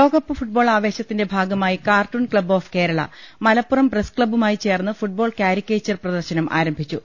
ലോകകപ്പ് ഫുട്ബോൾ ആവേശത്തിന്റെ ഭാഗമായി cartoon club of Kerala Malappuram press ക്ലബ്ബുമായി ചേർന്ന് ഫുട്ബോൾ കാരിക്കേ ച്ചർ പ്രദർശനം ആരംഭിച്ചു